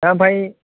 दा ओमफ्राय